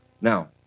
Now